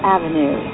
Avenue